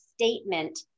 statement